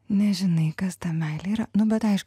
nežinai kas ta meilė yra nu bet aišku